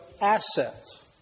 assets